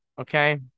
okay